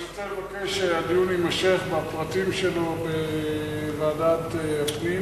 אני רוצה לבקש שהדיון יימשך בפרטים שלו בוועדת הפנים.